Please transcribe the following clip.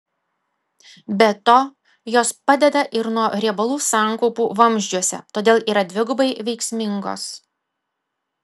be to jos padeda ir nuo riebalų sankaupų vamzdžiuose todėl yra dvigubai veiksmingos